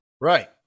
right